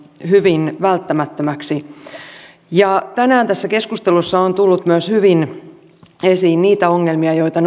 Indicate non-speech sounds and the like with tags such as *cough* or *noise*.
hyvin välttämättömäksi tänään tässä keskustelussa on tullut myös hyvin esiin niitä ongelmia joita *unintelligible*